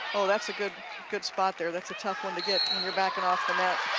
oh, that's a good good spot there. that's a tough one to get when you're backing off the net.